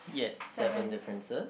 yes seven differences